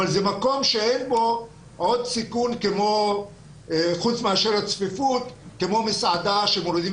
אבל זה מקום שאין בו עוד סיכון חוץ מאשר הצפיפות כמו מסעדה בה מורידים